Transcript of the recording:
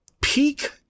peak